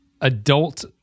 adult